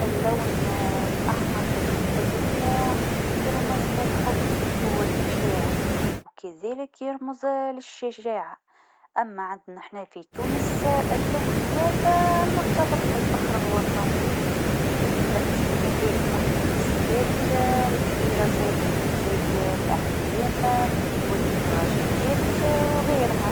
اللون الأحمر بالنسبه ليا يرمز للحب والمشاعر وكذلك يرمز للشجاعه أما عنا أحنا في تونس اللون هذا مرتبط بالفخر الوطني في دم الشهاداء و المناسبات الكبيره زاده تزين الأعلام والمهراجانات و غيرها.